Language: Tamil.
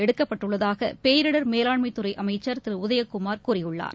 எடுக்கப்பட்டுள்ளதாகபேரிடர் மேலாண்மைத் துறைஅமைச்சர் திருஉதயகுமார் தெரிவித்துள்ளார்